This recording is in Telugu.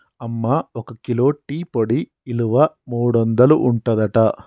అమ్మ ఒక కిలో టీ పొడి ఇలువ మూడొందలు ఉంటదట